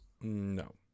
No